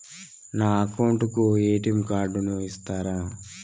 నా అకౌంట్ కు ఎ.టి.ఎం కార్డును ఇస్తారా